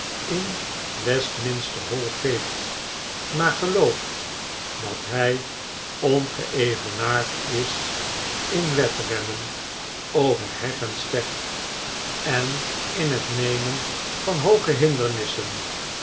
in westminster hall geeft maar gelooft dat hij ongeevenaard is in wedrennen over heg en steg en in het nemen van hooge hinder